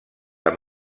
amb